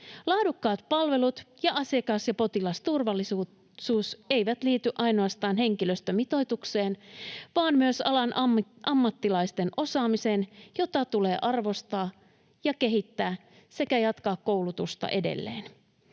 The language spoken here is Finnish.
Laadukkaat palvelut ja asiakas- ja potilasturvallisuus eivät liity ainoastaan henkilöstömitoitukseen vaan myös alan ammattilaisten osaamiseen, jota tulee arvostaa ja kehittää sekä jatkaa koulutusta edelleen.